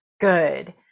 good